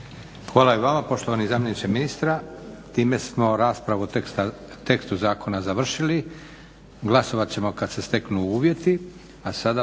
Hvala i vama poštovani zamjeniče ministra. Time smo raspravu o tekstu zakona završili. Glasovat ćemo kad se steknu uvjeti.